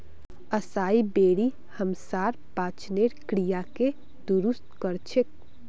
असाई बेरी हमसार पाचनेर क्रियाके दुरुस्त कर छेक